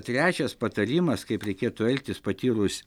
trečias patarimas kaip reikėtų elgtis patyrus